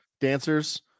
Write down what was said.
dancers